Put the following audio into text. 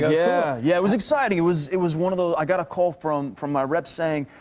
yeah. yeah, it was exciting. it was it was one of those i got a call from from my rep saying,